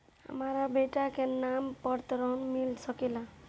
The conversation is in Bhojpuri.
हमरा बेटा के नाम पर ऋण मिल सकेला?